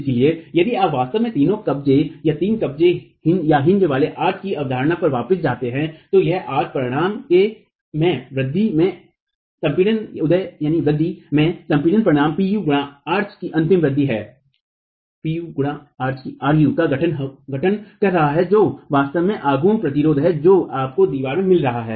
इसलिए यदि आप वास्तव में तीन कब्जेहिन्ज वाले आर्च की अवधारणा पर वापस जाते हैं तो यह आर्क परिणाम के उदय में संपीड़न परिणामी Pu गुणा आर्च ru का गठन कर रहा है जो वास्तव में आघूर्ण प्रतिरोध है जो आपको दीवार में मिल रहा है